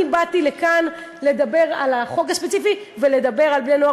אני באתי לכאן לדבר על החוק הספציפי ולדבר על בני-נוער